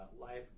life